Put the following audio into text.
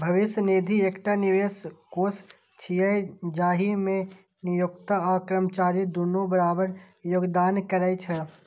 भविष्य निधि एकटा निवेश कोष छियै, जाहि मे नियोक्ता आ कर्मचारी दुनू बराबर योगदान करै छै